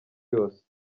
yose